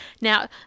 Now